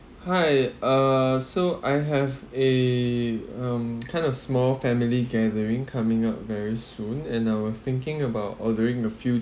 hi uh so I have a um kind of small family gathering coming up very soon and I was thinking about ordering a few